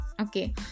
Okay